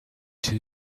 two